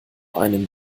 einem